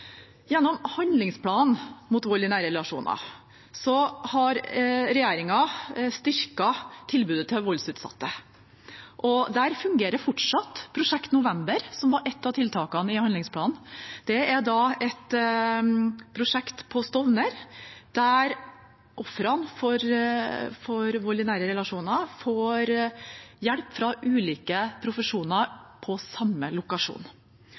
har regjeringen styrket tilbudet til voldsutsatte. Fortsatt fungerer Prosjekt November, som var ett av tiltakene i handlingsplanen. Det er et prosjekt på Stovner, der ofre for vold i nære relasjoner får hjelp fra ulike profesjoner på samme lokasjon.